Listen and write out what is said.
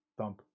thump